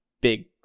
big